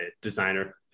designer